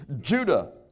Judah